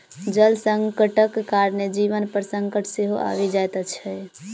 जल संकटक कारणेँ जीवन पर संकट सेहो आबि जाइत छै